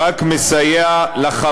חברי חברי הכנסת, לפני שאני אתייחס לנושא